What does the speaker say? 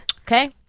Okay